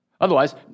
Otherwise